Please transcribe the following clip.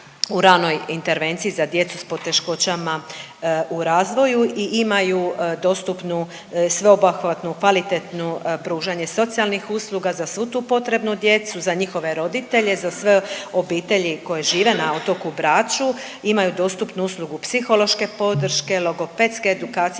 u ranoj intervenciji za djecu s poteškoćama u razvoju i imaju dostupnu sveobuhvatnu kvalitetnu pružanje socijalnih usluga za svu potrebnu djecu, za njihove roditelje, za sve obitelji koje žive na otoku Braču. Imaju dostupnu uslugu psihološke podrške, logopedske,